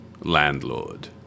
landlord